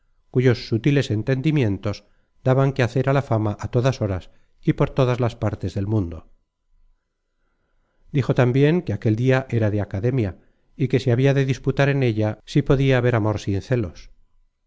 cuyos sutiles entendimientos daban qué hacer á la fama á todas horas y por todas las partes del mundo dijo tambien que aquel dia era de academia y que se habia de disputar en ella si podia haber amor sin celos